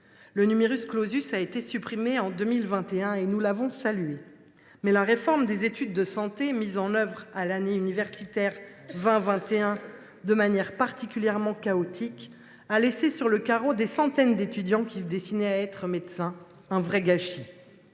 Le a été supprimé en 2021 et nous avons salué cette suppression. Mais la réforme des études de santé, mise en œuvre à la rentrée universitaire 2020 2021 de manière particulièrement chaotique, a laissé sur le carreau des centaines d’étudiants qui se destinaient à être médecins : un vrai gâchis